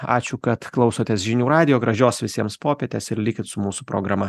ačiū kad klausotės žinių radijo gražios visiems popietės ir likit su mūsų programa